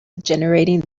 generating